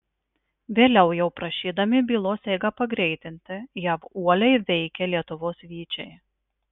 vėliau jau prašydami bylos eigą pagreitinti jav uoliai veikė lietuvos vyčiai